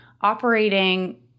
operating